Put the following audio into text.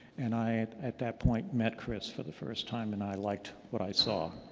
and i, at that point, met chris for the first time and i liked what i saw.